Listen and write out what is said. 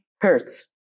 hertz